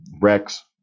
rex